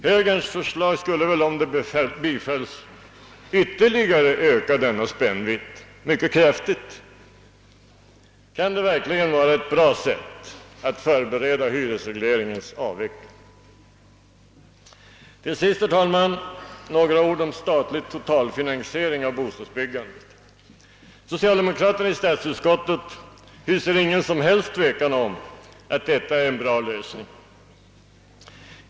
Högerns förslag skulle, om det bifölls, ytterligare mycket kraftigt öka denna spännvidd. Kan det verkligen vara ett bra sätt att förbereda hyresregleringens avveckling? Till sist, herr talman, några ord om statlig totalfinansiering av bostadsbyggandet. Socialdemokraterna i statsutskottet hyser ingen som helst tvekan om att detta är en bra lösning.